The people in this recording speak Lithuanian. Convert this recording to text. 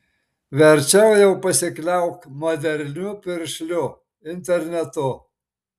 verčiau jau pasikliauk moderniu piršliu internetu